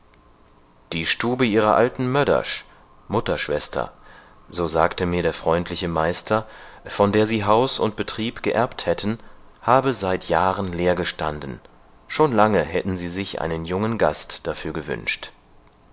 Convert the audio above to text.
die stube ihrer alten möddersch mutterschwester so sagte mir der freundliche meister von der sie haus und betrieb geerbt hätten habe seit jahren leer gestanden schon lange hätten sie sich einen jungen gast dafür gewünscht